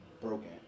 broken